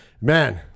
Man